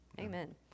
Amen